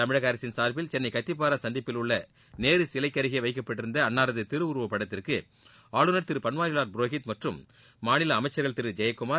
தமிழக அரசின் சார்பில் சென்னை கத்திப்பாரா சந்திப்பில் உள்ள நேரு சிலைக்கு அருகே வைக்கப்பட்டிருந்த அன்னாரது திருவுருவ படத்திற்கு ஆளுநர் திரு பள்வாரிவால் புரோஹித் மற்றும் மாநில அமைச்சர்கள் திரு ஜெயக்குமார்